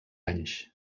anys